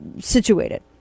situated